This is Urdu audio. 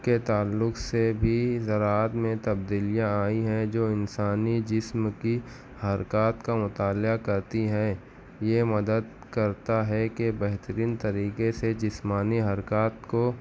کے تعلق سے بھی زراعت میں تبدیلیاں آئی ہیں جو انسانی جسم کی حرکات کا مطالعہ کرتی ہیں یہ مدد کرتا ہے کہ بہترین طریقے سے جسمانی حرکات کو